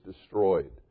destroyed